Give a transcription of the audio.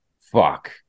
Fuck